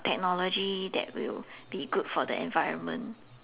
technology that will be good for the environment